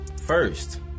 First